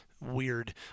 weird